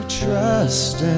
trust